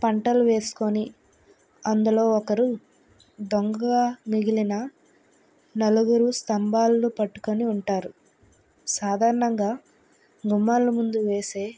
పంటలు వేసుకుని అందులో ఒకరు దొంగగా మిగిలిన నలుగురు స్తంభాలను పట్టుకుని ఉంటారు సాధారణంగా గుమ్మాలు ముందు వేసే